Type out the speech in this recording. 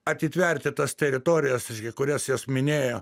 atitverti tas teritorijas kurias jas minėjo